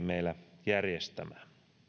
meillä järjestämään